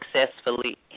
successfully